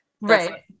right